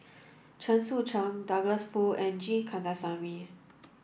Chen Sucheng Douglas Foo and G Kandasamy